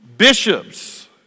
Bishops